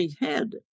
head